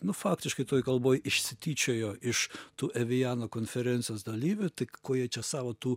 nu faktiškai toj kalboj išsityčiojo iš tų eviano konferencijos dalyvių tai ko jie čia savo tų